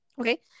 Okay